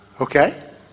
Okay